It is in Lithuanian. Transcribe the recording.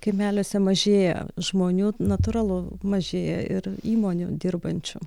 kaimeliuose mažėja žmonių natūralu mažėja ir įmonių dirbančių